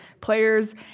players